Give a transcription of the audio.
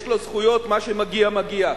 יש לו זכויות, מה שמגיע מגיע.